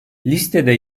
listede